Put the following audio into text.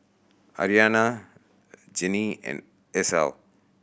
Aryanna Jeanine and Esau